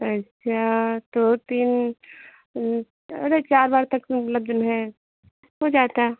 अच्छा तो तिन अरे चार वार तक मतलब जवन है हो जाता है